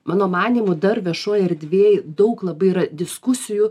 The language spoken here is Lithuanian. mano manymu dar viešoj erdvėj daug labai yra diskusijų